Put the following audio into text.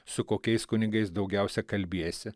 su kokiais kunigais daugiausiai kalbiesi